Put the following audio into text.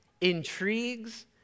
intrigues